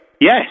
Yes